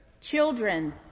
children